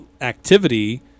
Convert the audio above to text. activity